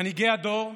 מנהיגי הדור,